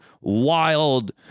wild